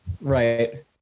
Right